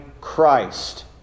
Christ